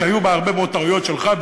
שהיו בה הרבה מאוד טעויות שלך,